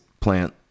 Plant